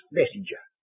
messenger